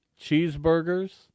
cheeseburgers